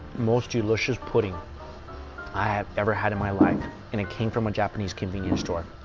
most delicious pudding i have ever had in my life and it came from a japanese convenience store.